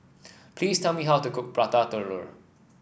please tell me how to cook Prata Telur